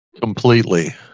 Completely